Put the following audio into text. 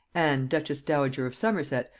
anne duchess-dowager of somerset,